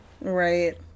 Right